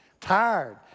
Tired